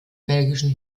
belgischen